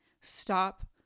stop